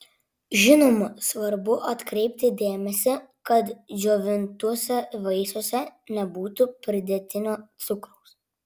žinoma svarbu atkreipti dėmesį kad džiovintuose vaisiuose nebūtų pridėtinio cukraus